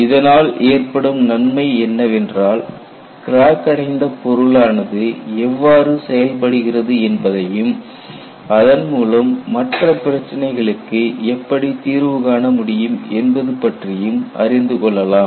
இதனால் ஏற்படும் நன்மை என்னவென்றால் கிராக் அடைந்த பொருளானது எவ்வாறு செயல்படுகிறது என்பதையும் அதன்மூலம் மற்ற பிரச்சினைகளுக்கு எப்படி தீர்வு காண முடியும் என்பது பற்றியும் அறிந்து கொள்ளலாம்